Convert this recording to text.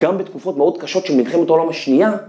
גם בתקופות מאוד קשות של מלחמת העולם השנייה.